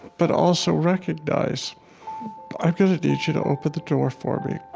but also recognize i'm going to need you to open the door for me.